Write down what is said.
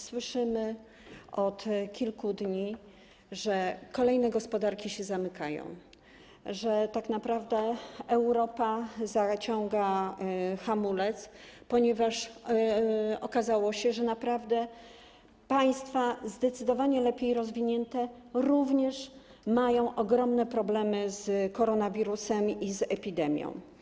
Słyszymy od kilku dni, że kolejne gospodarki się zamykają, że tak naprawdę Europa zaciąga hamulec, ponieważ okazało się, że państwa zdecydowanie lepiej rozwinięte również mają ogromne problemy z koronawirusem i z epidemią.